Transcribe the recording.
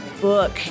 book